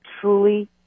truly